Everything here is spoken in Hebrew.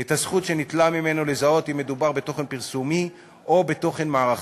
את הזכות שניטלה ממנו לזהות אם מדובר בתוכן פרסומי או בתוכן מערכתי,